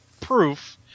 proof